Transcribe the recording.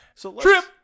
trip